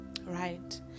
right